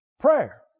prayer